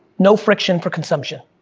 no friction for consumption.